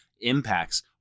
impacts